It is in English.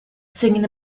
singing